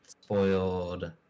spoiled